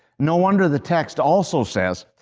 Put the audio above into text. no wonder the text also says,